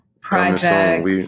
project